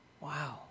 Wow